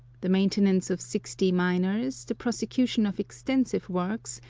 the mainten ance of sixty miners, the prosecution of extensive works,